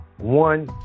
one